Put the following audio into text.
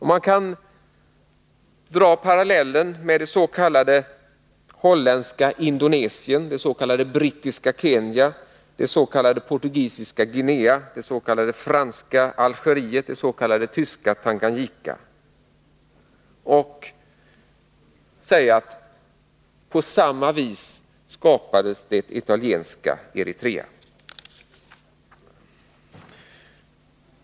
Man kan dra paralleller med vad man kallade Holländska Indonesien, Brittiska Kenya, Portugisiska Guinea, Franska Algeriet, Tyska Tanganyika och säga att på samma vis skapades det ”Italienska” Eritrea.